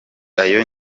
ayo